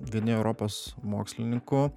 vieni europos mokslininkų